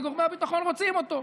כי גורמי הביטחון רוצים אותו.